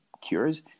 cures